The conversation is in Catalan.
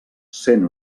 sent